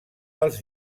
els